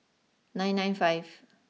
nine nine five